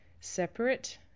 Separate